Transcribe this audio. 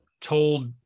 told